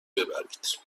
ببرید